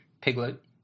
Piglet